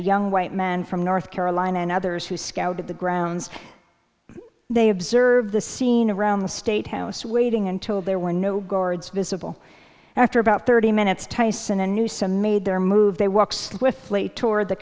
young white man from north carolina and others who scouted the grounds they observed the scene around the state house waiting until there were no guards visible and after about thirty minutes tyson and newsome made their move they walks with fleet toward the